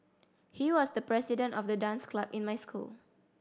he was the president of the dance club in my school